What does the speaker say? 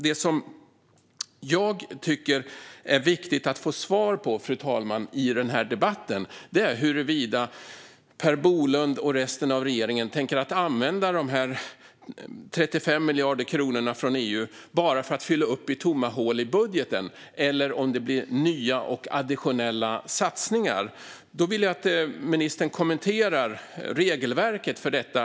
Det som jag tycker är viktigt att få svar på i debatten är huruvida Per Bolund och resten av regeringen tänker använda de 35 miljarder kronorna från EU för att fylla upp tomma hål i budgeten eller om det blir nya och additionella satsningar. Jag vill att ministern kommenterar regelverket för detta.